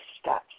steps